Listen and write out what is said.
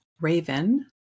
raven